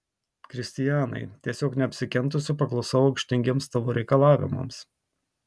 kristianai tiesiog neapsikentusi paklusau aikštingiems tavo reikalavimams